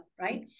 right